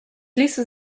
ließe